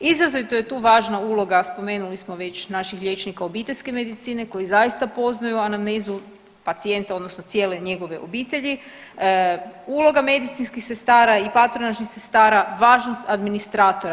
Izrazito je tu važna uloga, spomenuli smo već naših liječnika obiteljske medicine koji zaista poznaju anamnezu pacijenta odnosno cijele njegove obitelji, uloga medicinskih sestara i patronažnih sestara, važnost administratora.